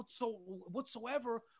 whatsoever